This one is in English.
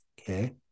okay